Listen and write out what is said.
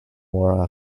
war